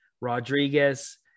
Rodriguez